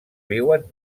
viuen